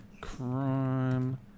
Crime